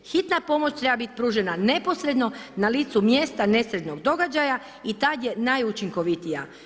Hitna pomoć treba biti pružena neposredno, na licu mjesta nesretnog događaja i tad je najučinkovitija.